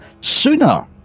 Sooner